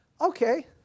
Okay